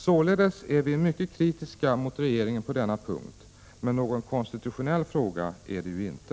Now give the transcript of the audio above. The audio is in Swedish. Således är vi mycket kritiska mot regeringen på denna punkt, men någon konstitutionell fråga är det ju inte.